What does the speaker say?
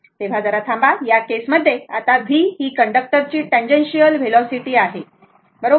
तर जरा थांबा तर या केस मध्ये आता v हि कंडक्टर ची टँजेन्शिअल व्हेलॉसिटी आहे बरोबर